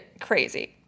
crazy